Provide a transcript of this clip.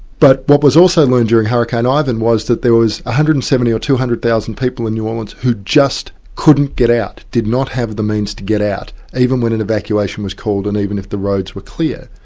but what was also learned during hurricane ivan was that there was one hundred and seventy thousand or two hundred thousand people in new orleans who just couldn't get out, did not have the means to get out, even when an evacuation was called and even if the roads were clear.